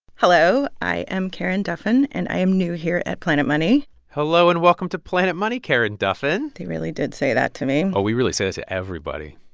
hello. i am karen duffin, and i am new here at planet money hello, and welcome to planet money, karen duffin they really did say that to me oh, we really say that to everybody.